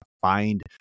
find